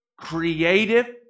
creative